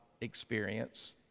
experience